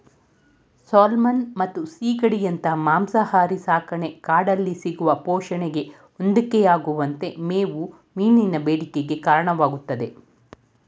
salmon ಮತ್ತು ಸೀಗಡಿಯಂತ ಮಾಂಸಾಹಾರಿ ಸಾಕಣೆ ಕಾಡಲ್ಲಿ ಸಿಗುವ ಪೋಷಣೆಗೆ ಹೊಂದಿಕೆಯಾಗುವಂತೆ ಮೇವು ಮೀನಿನ ಬೇಡಿಕೆಗೆ ಕಾರಣವಾಗ್ತದೆ